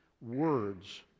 words